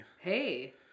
Hey